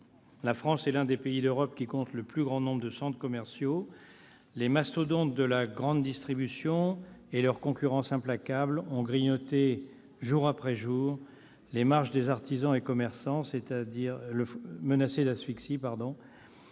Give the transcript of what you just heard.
La France est l'un des pays d'Europe qui comptent le plus grand nombre de centres commerciaux. Les mastodontes de la grande distribution et leur concurrence implacable ont grignoté jour après jour les marges des artisans et commerçants, menacés d'asphyxie.